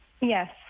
Yes